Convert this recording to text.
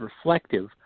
reflective